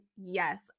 yes